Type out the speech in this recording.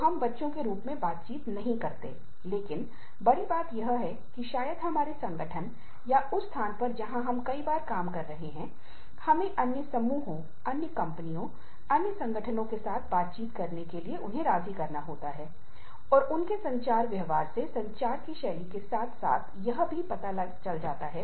और इन पांच मॉडलों से परे जो आपने चर्चा की है एक और सिद्धांत है जिसे सीमा सिद्धांत कहा जाता है